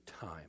time